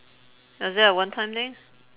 is that a one time thing